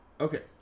okay